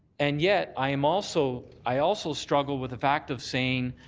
and yet i am also i also struggle with the fact of saying